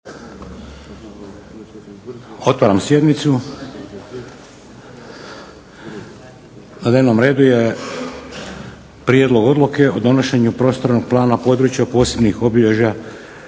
potpredsjedniče. Na početku rasprave o Prijedlogu odluke o donošenju prostornog plana područja posebnih obilježja